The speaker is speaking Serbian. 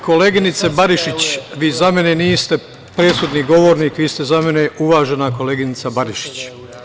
Koleginice, Barišić, vi za mene niste presudni govornik, vi ste za mene uvažena koleginica Barišić.